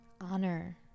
Honor